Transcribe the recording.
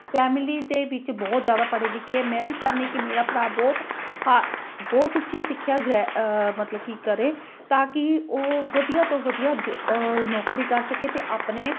family ਦੇ ਵਿੱਚ ਬਹੁਤ ਜ਼ਿਆਦਾ ਪੜ੍ਹੇ ਲਿਖੇ ਹੈ ਮੈਂ ਵੀ ਚਾਹੁੰਦੀ ਕਿ ਮੇਰਾ ਭਰਾ ਬਹੁਤ ਹਾ ਬਹੁਤ ਉੱਚੀ ਸਿੱਖਿਆ ਗ੍ਰਹਿ ਮਤਲਬ ਕਿ ਕਰੇ ਤਾਂ ਕਿ ਉਹ ਵਧੀਆ ਤੋਂ ਵਧੀਆ ਜੋ ਨੌਕਰੀ ਕਰ ਸਕੇ ਅਤੇ ਆਪਣੇ